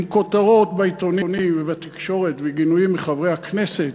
עם כותרות בעיתונים ובתקשורת וגינויים מחברי הכנסת,